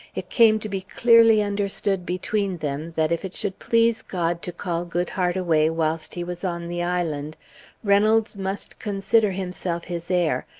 it came to be clearly understood between them that, if it should please god to call goodhart away whilst he was on the island reynolds must consider himself his heir,